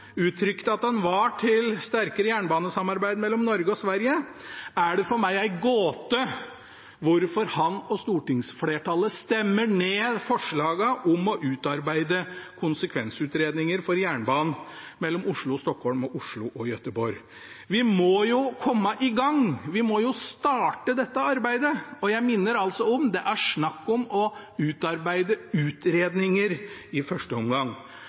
uttrykte at han var til sterkere jernbanesamarbeid mellom Norge og Sverige, er det for meg en gåte hvorfor han og stortingsflertallet stemmer ned forslagene om å utarbeide konsekvensutredninger for jernbanen mellom Oslo og Stockholm og Oslo og Göteborg. Vi må komme i gang, vi må starte dette arbeidet, og jeg minner om at det er snakk om å utarbeide utredninger i første omgang.